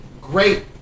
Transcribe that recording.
great